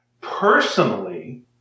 Personally